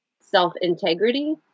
self-integrity